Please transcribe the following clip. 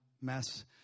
mess